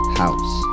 house